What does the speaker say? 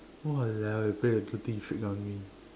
!walao! eh play the guilty trick on me